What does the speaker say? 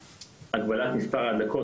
זה כולל גם את הגבלת מספר ההדלקות,